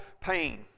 pain